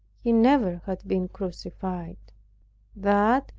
he never had been crucified that,